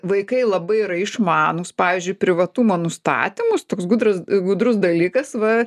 vaikai labai yra išmanūs pavyžiui privatumo nustatymus toks gudras gudrus dalykas va